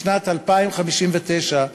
בשנת 2059,